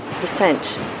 descent